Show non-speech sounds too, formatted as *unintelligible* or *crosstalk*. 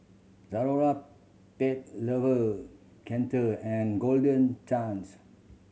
Zalora Pet Lover *unintelligible* and Golden Chance